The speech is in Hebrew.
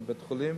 בבית-חולים,